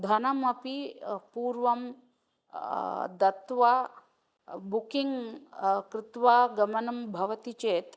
धनम् अपि पूर्वं दत्वा बुकिङ्ग कृत्वा गमनं भवति चेत्